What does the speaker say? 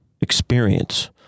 experience